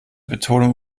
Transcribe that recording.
betonung